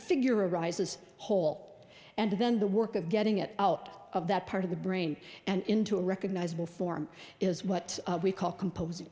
figure arises whole and then the work of getting it out of that part of the brain and into a recognisable form is what we call compose